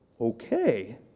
Okay